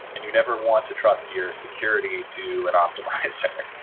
and you never want to trust your security to an optimizer.